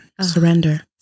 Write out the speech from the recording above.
surrender